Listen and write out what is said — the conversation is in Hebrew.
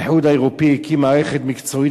האיחוד האירופי הקים מערכת מקצועית